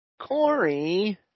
Corey